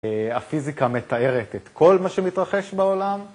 הפיזיקה מתארת את כל מה שמתרחש בעולם.